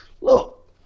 look